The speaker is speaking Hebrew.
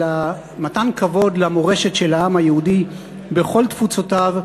אלא מתן כבוד למורשת של העם היהודי בכל תפוצותיו,